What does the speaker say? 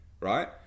right